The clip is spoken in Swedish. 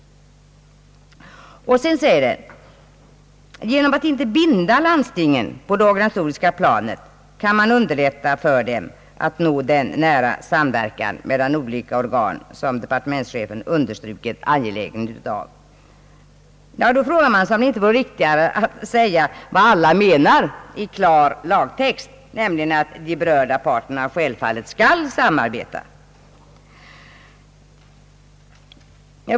Sedan säger den: »Genom att inte binda landstingen på det organisatoriska planet kan man underlätta för landstingen att nå den nära samverkan mellan olika organ, som departementschefen understrukit angelägenheten av.» Man frågar sig, om det inte vore riktigare att säga vad alla menar i klar lagtext, nämligen att de berörda parterna självfallet skall samarbeta.